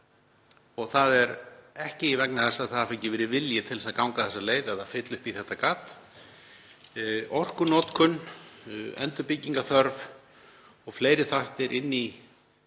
Það er ekki vegna þess að ekki hafi verið vilji til þess að ganga þessa leið eða fylla upp í þetta gat. Orkunotkun, endurbyggingarþörf og fleiri þættir í